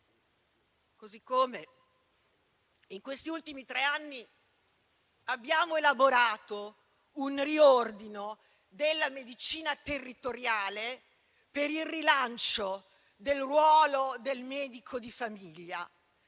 modo, in questi ultimi tre anni, abbiamo elaborato un riordino della medicina territoriale per il rilancio del ruolo del medico di famiglia,